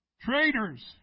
Traitors